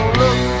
look